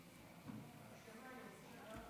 רוצה, בזמן שניתן לי,